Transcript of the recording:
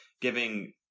giving